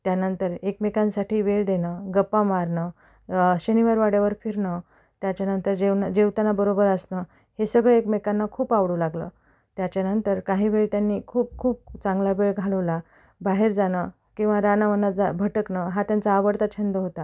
त्यानंतर एकमेकांसाठी वेळ देणं गप्पा मारणं शनिवार वाड्यावर फिरणं त्याच्यानंतर जेवणं जेवताना बरोबर असणं हे सगळं एकमेकांना खूप आवडू लागलं त्याच्यानंतर काही वेळ त्यांनी खूप खूप चांगला वेळ घालवला बाहेर जाणं किंवा रानावनात जा भटकणं हा त्यांचा आवडता छंद होता